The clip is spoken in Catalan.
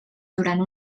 durant